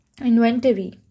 Inventory